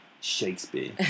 Shakespeare